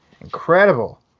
incredible